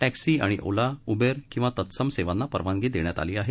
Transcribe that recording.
taxi आणि Ola Uber किंवा तत्सम सेवांना परवानगी देण्यात आली आहे